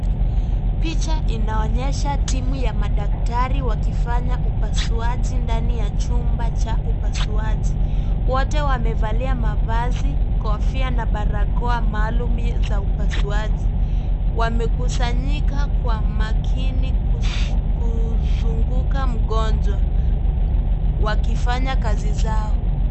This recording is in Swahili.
Picha inaonyesha timu ya madaktari wakifanya upasuaji ndani ya chumba cha upasuaji. Wote, wamevalia mavazi, kofia na balakoa maalum za upasuaji. Wamekusanyika kwa makini kusu, kuzunguka mgonjwa, wakifanya kazi zao.